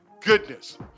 goodness